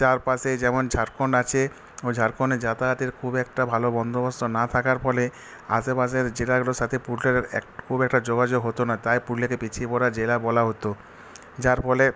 চারপাশে যেমন ঝাড়খন্ড আছে ঝাড়খনে যাতায়াতের খুব একটা ভালো বন্দোবস্ত না থাকার ফলে আশেপাশের জেলাগুলোর সাথে পুরুলিয়ার এক খুব একটা যোগাযোগ হত না তাই পুরুলিয়াকে পিছিয়ে পড়া জেলা বলা হত যার ফলে